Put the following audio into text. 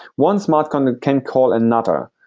one smart contract can call another,